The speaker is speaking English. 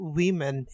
women